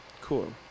Cool